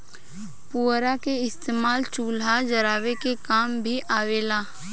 पुअरा के इस्तेमाल चूल्हा जरावे के काम मे भी आवेला